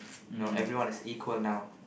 you know everyone is equal now